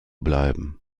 bleiben